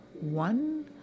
one